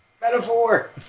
Metaphor